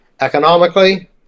economically